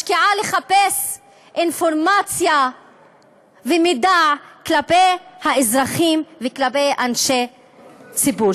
משקיעה בחיפוש אינפורמציה ומידע על אזרחים ועל אנשי ציבור.